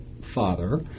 father